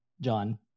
John